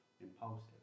impulsive